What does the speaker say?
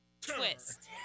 twist